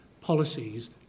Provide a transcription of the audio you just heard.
policies